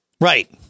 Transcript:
Right